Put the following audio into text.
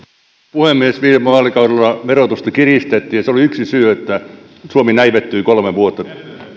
puhemies viime vaalikaudella verotusta kiristettiin ja se oli yksi syy että suomi näivettyi kolme vuotta